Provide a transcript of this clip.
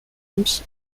times